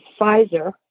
Pfizer